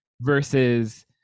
versus